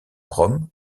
rome